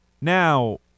Now